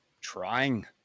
trying